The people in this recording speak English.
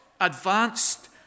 advanced